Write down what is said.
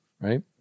right